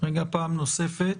פעם נוספת,